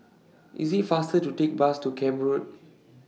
IS IT faster to Take Bus to Camp Road